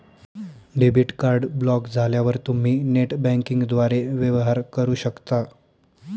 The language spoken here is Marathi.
डेबिट कार्ड ब्लॉक झाल्यावर तुम्ही नेट बँकिंगद्वारे वेवहार करू शकता